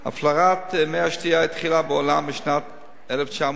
הפלרת מי השתייה התחילה בעולם בשנת 1945,